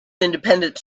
independent